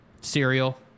cereal